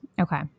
Okay